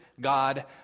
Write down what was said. God